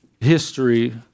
history